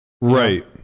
Right